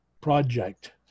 project